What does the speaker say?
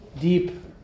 deep